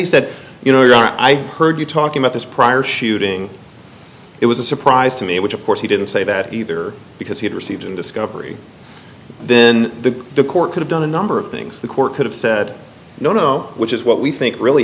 he said you know i heard you talking about this prior shooting it was a surprise to me which of course he didn't say that either because he'd received an discovery then the the court could have done a number of things the court could have said no no which is what we think really